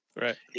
Right